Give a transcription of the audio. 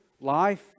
life